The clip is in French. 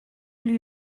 lui